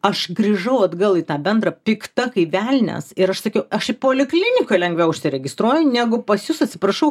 aš grįžau atgal į tą bendrą pikta kaip velnias ir aš sakiau aš į polikliniką lengviau užsiregistruoju negu pas jus atsiprašau